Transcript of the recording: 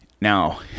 now